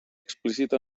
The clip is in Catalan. explícita